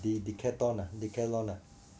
Decathlon Decathlon ah